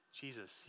Jesus